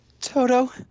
Toto